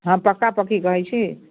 हँ पक्का पक्की कहैत छी